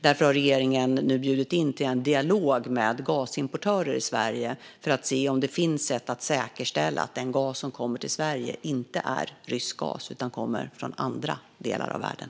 Därför har regeringen nu bjudit in till en dialog med gasimportörer i Sverige, för att se om det finns sätt att säkerställa att den gas som kommer till Sverige inte är rysk utan kommer från andra delar av världen.